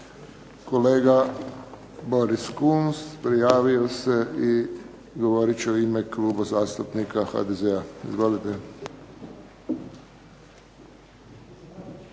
Kolega Boris Kunst prijavio se i govorit će u ime Kluba zastupnika HDZ-a. Izvolite.